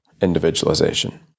individualization